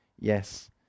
yes